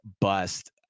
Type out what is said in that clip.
bust